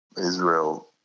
Israel